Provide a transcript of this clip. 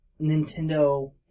Nintendo